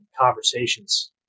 conversations